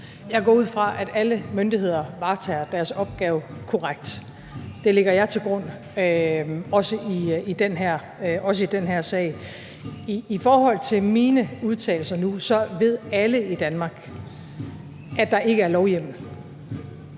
Jeg går ud fra, at alle myndigheder varetager deres opgave korrekt. Det lægger jeg til grund, også i den her sag. I forhold til mine udtalelser nu ved alle i Danmark, at der ikke er lovhjemmel.